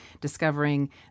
discovering